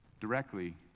directly